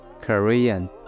Korean